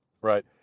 Right